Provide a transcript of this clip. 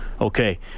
okay